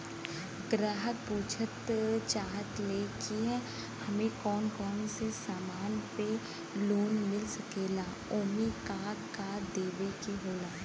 ग्राहक पुछत चाहे ले की हमे कौन कोन से समान पे लोन मील सकेला ओमन का का देवे के होला?